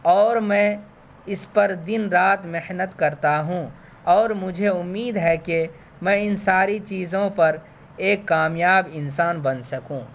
اور میں اس پر دن رات محنت کرتا ہوں اور مجھے امید ہے کہ میں ان ساری چیزوں پر ایک کامیاب انسان بن سکوں